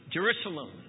Jerusalem